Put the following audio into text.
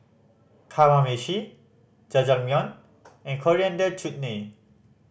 Kamameshi Jajangmyeon and Coriander Chutney